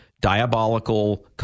diabolical